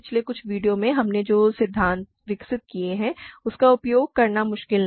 पिछले कुछ वीडियो में हमने जो सिद्धांत विकसित किया है उसका उपयोग करना मुश्किल नहीं है